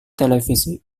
televisi